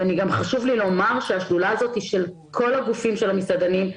חשוב לי לומר שהשדולה הזו היא של כל הגופים של המסעדנים,